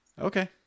okay